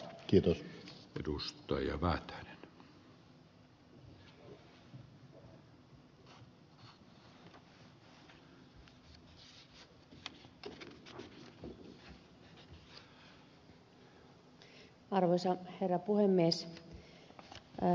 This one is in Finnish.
arvoisa herra puhemies